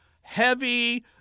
heavy